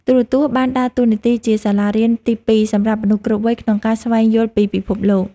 ទូរទស្សន៍បានដើរតួនាទីជាសាលារៀនទីពីរសម្រាប់មនុស្សគ្រប់វ័យក្នុងការស្វែងយល់ពីពិភពលោក។